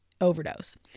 overdose